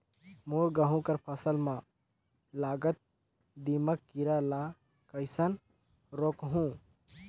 मोर गहूं कर फसल म लगल दीमक कीरा ला कइसन रोकहू?